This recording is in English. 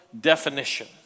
definition